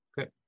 okay